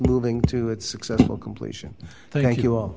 moving to a successful completion thank you